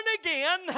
again